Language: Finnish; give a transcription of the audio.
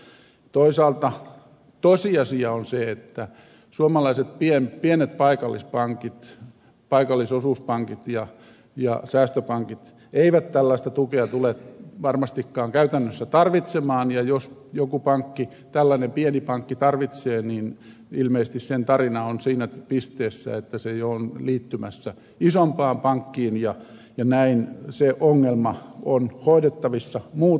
toisaalta tosiasia on se että suomalaiset pienet paikallispankit paikallisosuuspankit ja säästöpankit eivät tällaista tukea tule varmastikaan käytännössä tarvitsemaan ja jos joku tällainen pieni pankki tarvitsee niin ilmeisesti sen tarina on siinä pisteessä että se on jo liittymässä isompaan pankkiin ja näin se ongelma on hoidettavissa muuta tietä